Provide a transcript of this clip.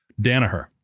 Danaher